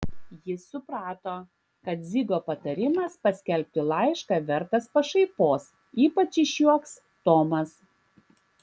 jis suprato kad dzigo patarimas paskelbti laišką vertas pašaipos ypač išjuoks tomas